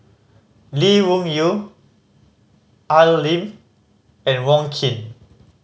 Lee Wung Yew Al Lim and Wong Keen